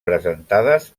presentades